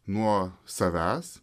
nuo savęs